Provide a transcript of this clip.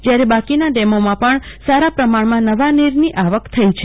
જયા ર બાકીના ડેમોમાં પણ સારા પ્રમાણમાં નવા નીરની આવક થઈ છે